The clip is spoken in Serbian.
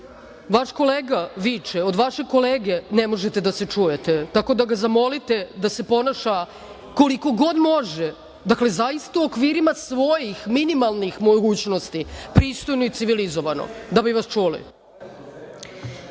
kolega viče i od vašeg kolege ne možete da se čujete, tako da ga zamolite da se ponaša koliko god može, zaista u okvirima svojim minimalnih mogućnosti, pristojno i civilizovano da bi vas čuli.